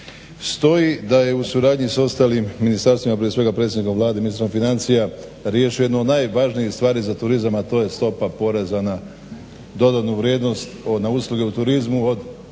stoji da je u suradnji s ostalim ministarstvima, prije svega predsjednikom Vlade, ministrom financija riješi jednu od najvažnijih stvari za turizam, a to je stopa poreza na dodanu vrijednost, na usluge u turizmu